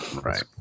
right